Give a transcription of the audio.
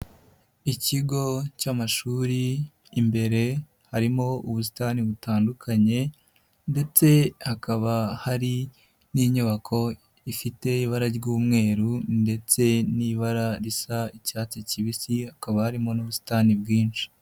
Ikigo cy'amashuri, imbere harimo ubusitani butandukanye ndetse hakaba hari n'inyubako ifite ibara ry'umweru ndetse n'ibara risa icyatsi kibisi, hakaba harimo n'ubusitani bwinshi.